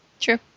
True